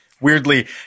Weirdly